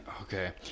okay